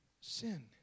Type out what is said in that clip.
sin